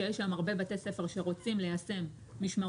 שיש להם הרבה בתי ספר שרוצים ליישם משמרות